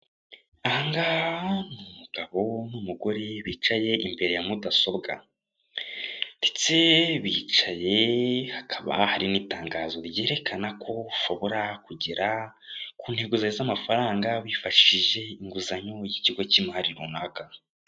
Aha ngaha hari umugabo n'umugore bicaye imbere ya mudasobwa ndetse bicaye hakaba hari n'itangazo ryerekana ko ushobora kugera ku ntego zawe z'amafaranga wifashishije inguzanyo y'ikigo k'imari runaka.